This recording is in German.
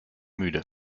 müde